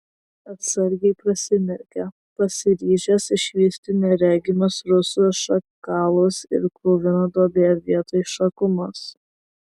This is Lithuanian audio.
atsargiai prasimerkė pasiryžęs išvysti neregimus rūsių šakalus ir kruviną duobę vietoj šakumos